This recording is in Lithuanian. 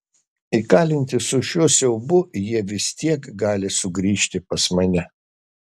įkalinti su šiuo siaubu jie vis tiek gali sugrįžti pas mane